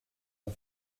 mon